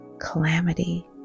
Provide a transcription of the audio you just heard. calamity